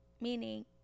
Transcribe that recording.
meaning